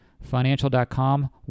financial.com